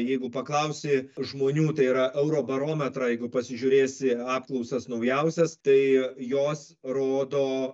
jeigu paklausi žmonių tai yra eurobarometro jeigu pasižiūrėsi apklausas naujausias tai jos rodo